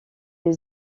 les